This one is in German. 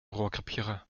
rohrkrepierer